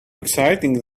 exciting